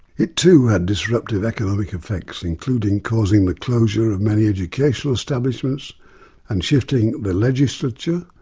it too had disruptive economic effects including causing the closure of many educational establishments and shifting the legislature,